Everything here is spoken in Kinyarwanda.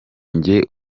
njye